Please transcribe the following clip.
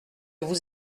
vous